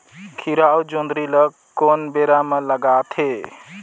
खीरा अउ जोंदरी ल कोन बेरा म कमाथे?